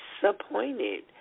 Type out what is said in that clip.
disappointed